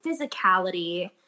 physicality